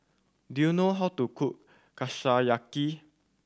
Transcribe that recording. do you know how to cook Kushiyaki